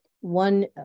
one